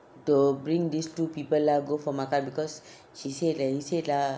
to bring these two people lah go for makan because she said that you said lah